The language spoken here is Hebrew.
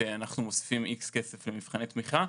'אנחנו מוסיפים X כסף למבחני תמיכה',